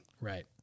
Right